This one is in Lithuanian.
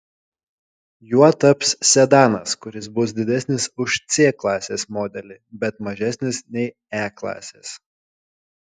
juo taps sedanas kuris bus didesnis už c klasės modelį bet mažesnis nei e klasės